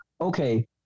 okay